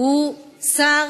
הוא שר